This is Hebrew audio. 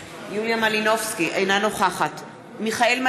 אינה נוכחת מיכאל מלכיאלי,